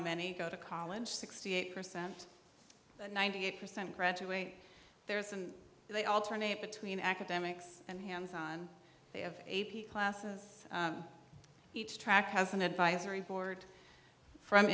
many go to college sixty eight percent ninety eight percent graduate theirs and they alternate between academics and hands on they have a p classes each track has an advisory board from